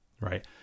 right